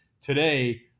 Today